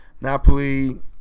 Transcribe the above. Napoli